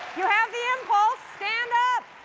you have the impulse, stand up!